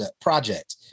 project